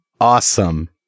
awesome